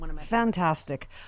fantastic